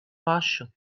pašu